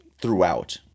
throughout